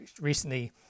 recently